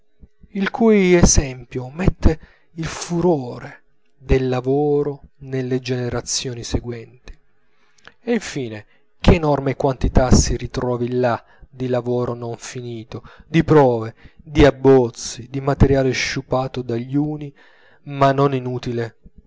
il cui esempio mette il furore del lavoro nelle generazioni seguenti e infine che enorme quantità si ritrovi là di lavoro non finito di prove di abbozzi di materiale sciupato dagli uni ma non inutile